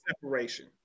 separation